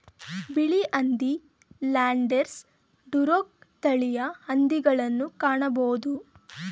ಬಿಳಿ ಹಂದಿ, Landrace, Duroc ತಳಿಯ ಹಂದಿಗಳನ್ನು ಕಾಣಬೋದು